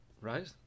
right